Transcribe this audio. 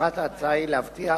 מטרת ההצעה היא להבטיח